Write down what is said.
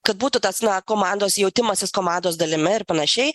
kad būtų tas na komandos jautimasis komandos dalimi ir panašiai